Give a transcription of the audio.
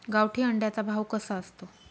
गावठी अंड्याचा भाव कसा असतो?